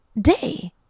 day